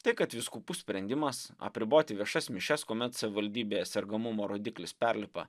tai kad vyskupų sprendimas apriboti viešas mišias kuomet savivaldybėje sergamumo rodiklis perlipa